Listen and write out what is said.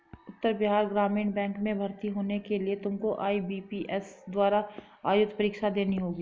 उत्तर Bihar Gramin bank में भर्ती होने के लिए तुमको आई.बी.पी.एस द्वारा आयोजित परीक्षा देनी होगी